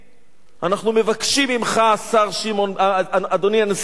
אנחנו מבקשים ממך, אדוני הנשיא שמעון פרס,